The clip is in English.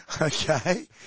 Okay